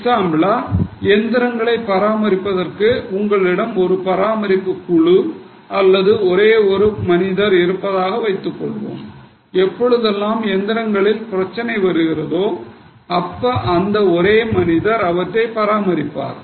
எக்ஸாம்பிளா எந்திரங்களை பராமரிப்பதற்கு உங்களிடம் ஒரு பராமரிப்பு குழு அல்லது ஒரே ஒரு மனிதர் இருப்பதாக வைத்துக்கொள்வோம் எப்போழுதெல்லாம் இயந்திரங்களில் பிரச்சனை வருகிறதோ அப்ப அந்த ஒரே மனிதர் பராமரிப்பை பராமரிப்பார்